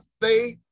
faith